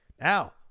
now